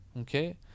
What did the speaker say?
okay